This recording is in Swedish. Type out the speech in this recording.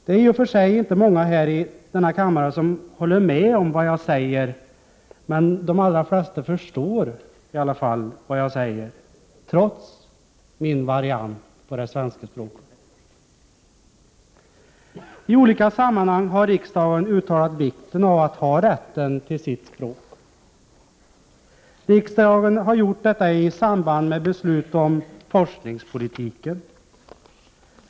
Det är i och för sig inte många här i denna kammare som håller med om vad jag säger, men de allra flesta förstår i alla fall mitt tal, trots min variant av det svenska språket. I olika sammanhang har riksdagen uttalat vikten av att ha rätten till sitt språk. Riksdagen har gjort detta i samband med beslut om forskningspolitiken.